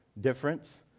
difference